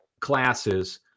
classes